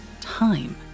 time